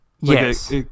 Yes